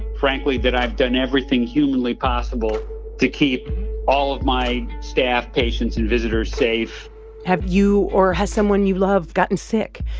frankly, that i've done everything humanly possible to keep all of my staff, patients and visitors safe have you or has someone you love gotten sick?